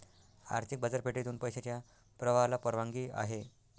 आर्थिक बाजारपेठेतून पैशाच्या प्रवाहाला परवानगी आहे